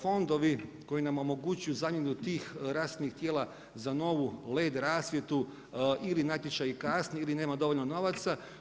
Fondovi koji nam omogućuju zamjenu tih rasvjetnih tijela za novu led rasvjetu ili natječaji kasne ili nema dovoljno novaca.